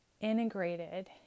integrated